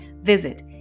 visit